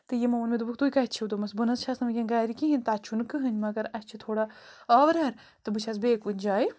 تہٕ یِمو ووٚن مےٚ دوٚپُکھ تُہۍ کَتہِ چھِو دوٚپمَس بہٕ نہٕ حظ چھَس نہٕ وٕنۍکٮ۪ن گَرِ کِہیٖنۍ تَتہِ چھُنہٕ کٕہٕنۍ مگر اَسہِ چھِ تھوڑا آوٕریار تہٕ بہٕ چھَس بیٚیہِ کُنہِ جایہِ